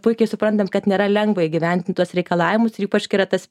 puikiai suprantam kad nėra lengva įgyvendint tuos reikalavimus ypač kai yra tas